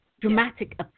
dramatic